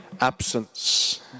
absence